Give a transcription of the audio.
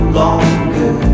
longer